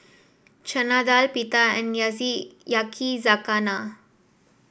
Chana Dal Pita and Yakizakana